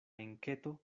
enketo